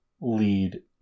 lead